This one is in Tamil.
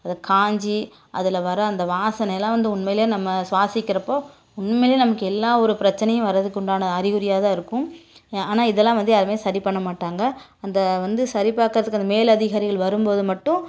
அது காஞ்சு அதில் வர அந்த வாசனைலாம் வந்து உண்மையில் நம்ம சுவாசிக்கிறப்போ உண்மையில் நமக்கு எல்லா ஒரு பிரச்சனையும் வரதுக்கு உண்டான அறிகுறியாகதான் இருக்கும் ஆனால் இதலாம் வந்து யாருமே சரி பண்ணமாட்டாங்க அந்த வந்து சரி பார்க்குறதுக்கு அந்த மேல் அதிகாரிகள் வரும் போது மட்டும்